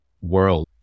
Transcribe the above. world